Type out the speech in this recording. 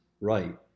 right